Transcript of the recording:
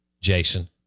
Jason